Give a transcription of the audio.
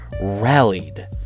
rallied